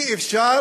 אי-אפשר